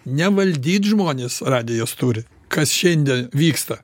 nevaldyt žmones radijas turi kas šiandie vyksta